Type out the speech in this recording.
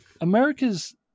America's